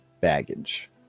baggage